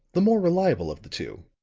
the more reliable of the two